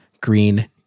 green